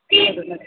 ಹೌದು ಮೇಡಮ್